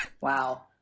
Wow